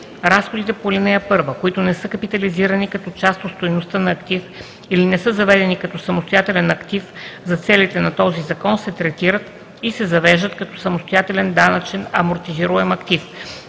Разходите по ал. 1, които не са капитализирани като част от стойността на актив или не са заведени като самостоятелен актив, за целите на този закон, се третират и се завеждат като самостоятелен данъчен амортизируем актив.